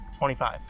25